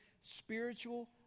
spiritual